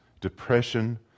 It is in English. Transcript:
depression